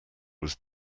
was